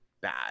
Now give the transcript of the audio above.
bad